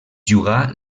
jugà